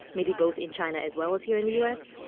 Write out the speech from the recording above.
maybe both in china, as well as here in the u s?